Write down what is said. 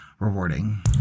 rewarding